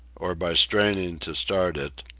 or by straining to start it,